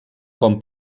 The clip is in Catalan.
com